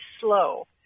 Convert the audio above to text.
slow